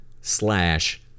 slash